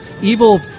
evil